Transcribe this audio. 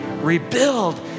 rebuild